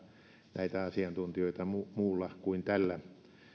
näitä asiantuntijoita muulla kuin tällä